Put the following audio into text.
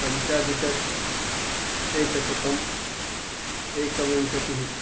पञ्चाधिक एकशतम् एकविंशतिः